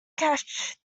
cash